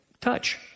touch